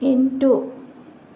ಎಂಟು